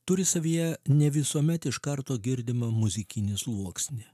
turi savyje ne visuomet iš karto girdimą muzikinį sluoksnį